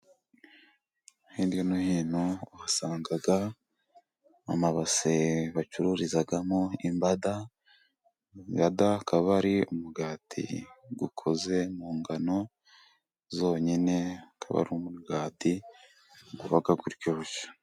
Hirya no hino uhasanga amabase bacururizamo imbada. Imbanda ikaba ari umugati ukoze mu ngano zonyine, ukaba ari umugati uba uryoshye.